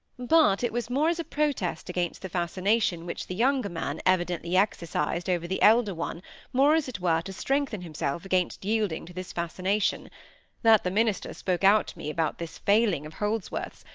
but it was more as a protest against the fascination which the younger man evidently exercised over the elder one more as it were to strengthen himself against yielding to this fascination that the minister spoke out to me about this failing of holdsworth's,